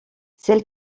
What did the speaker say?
celle